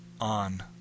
on